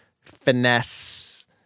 finesse